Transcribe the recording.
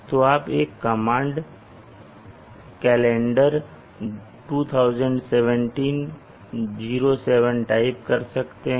तो आप एक कमांड calendar 201707 टाइप कर सकते हैं